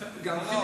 לא,